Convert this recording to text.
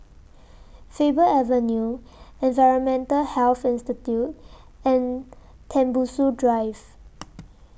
Faber Avenue Environmental Health Institute and Tembusu Drive